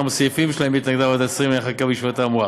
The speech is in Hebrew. סעיפים שלהם התנגדה ועדת השרים לענייני חקיקה בישיבתה האמורה.